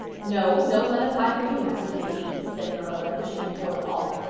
no, no lemon pie for you, master davy, said marilla, pushing him toward the hall.